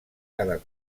cada